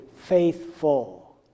faithful